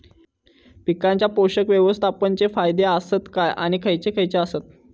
पीकांच्या पोषक व्यवस्थापन चे फायदे आसत काय आणि खैयचे खैयचे आसत?